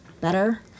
better